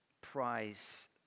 prize